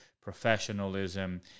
professionalism